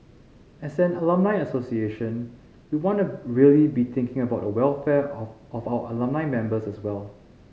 as an alumni association we wanna really be thinking about the welfare of of our alumni members as well